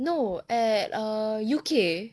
no at err U_K